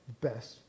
Best